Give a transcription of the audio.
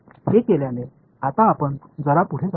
तर हे केल्याने आता आपण जरा पुढे जाऊया